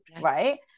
right